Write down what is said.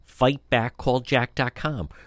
fightbackcalljack.com